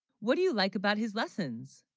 what do you like, about his lessons